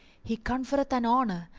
he conferreth an honour,